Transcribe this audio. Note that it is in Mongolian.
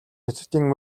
хятадын